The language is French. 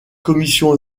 commission